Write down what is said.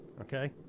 Okay